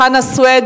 חנא סוייד,